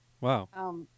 Wow